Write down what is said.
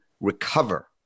recover